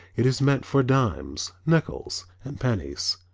it is meant for dimes, nickels and pennies.